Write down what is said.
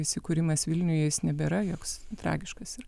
įsikūrimas vilniuj jis nebėra joks tragiškas ir